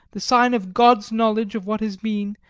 the sign of god's knowledge of what has been,